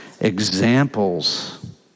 Examples